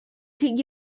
could